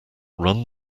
run